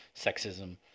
sexism